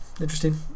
Interesting